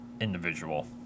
individual